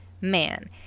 man